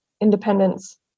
Independence